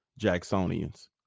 Jacksonians